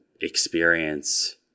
experience